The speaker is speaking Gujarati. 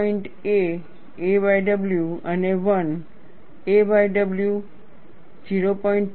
2 aw અને 1 aw 0